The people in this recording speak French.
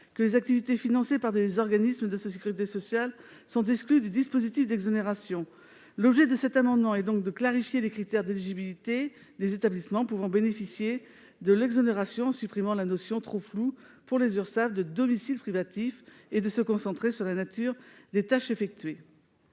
que les activités financées par des organismes de sécurité sociale sont exclues du dispositif d'exonération. L'objet de cet amendement est donc de clarifier les critères d'éligibilité des établissements pouvant bénéficier de l'exonération, en supprimant la notion, trop floue pour les Urssaf, de domicile privatif, pour se concentrer sur la nature des tâches effectuées.